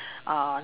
uh